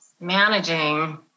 managing